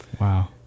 Wow